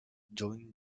juny